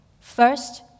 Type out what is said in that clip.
first